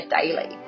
daily